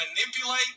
manipulate